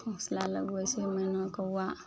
घोसला लगबय छै मैना कौआ